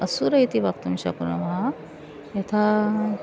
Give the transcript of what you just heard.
असुरः इति वक्तुं शक्नुमः यथा